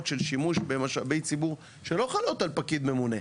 של שימוש במשאבי ציבור שלא חלות על פקיד ממונה.